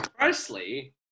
firstly